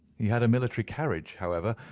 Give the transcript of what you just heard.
he had a military carriage, however,